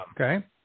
okay